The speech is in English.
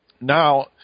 Now